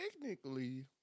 Technically